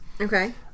Okay